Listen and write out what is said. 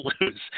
lose